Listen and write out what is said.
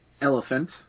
Elephant